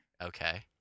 Okay